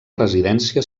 residència